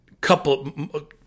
couple